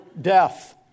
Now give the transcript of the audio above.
death